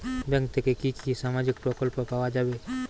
Bank থেকে কি কি সামাজিক প্রকল্প পাওয়া যাবে?